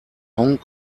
hong